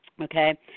okay